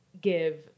give